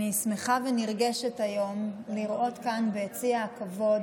אני שמחה ונרגשת היום לראות כאן ביציע הכבוד